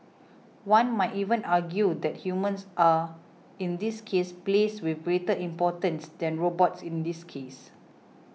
one might even argue that humans are in this case placed with greater importance than robots in this case